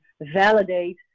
validate